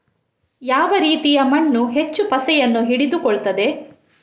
ಯಾವ ರೀತಿಯ ಮಣ್ಣು ಹೆಚ್ಚು ಪಸೆಯನ್ನು ಹಿಡಿದುಕೊಳ್ತದೆ?